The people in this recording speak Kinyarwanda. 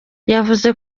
yavuze